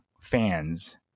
fans